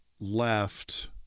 left